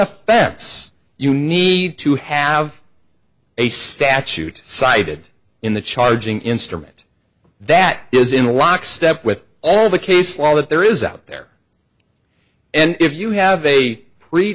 offense you need to have a statute cited in the charging instrument that is in lockstep with all the case law that there is out there and if you have a